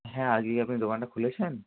হ্যাঁ আজকে আপনি দোকানটা খুলেছেন